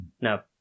no